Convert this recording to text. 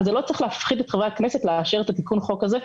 וזה לא צריך להפחיד את חברי הכנסת לאשר את תיקון החוק הזה,